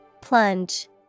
Plunge